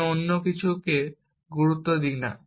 আমি অন্য কিছুকে গুরুত্ব দিই না